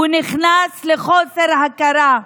הוא נכנס לחוסר הכרה.